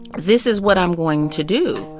this is what i'm going to do.